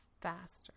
Faster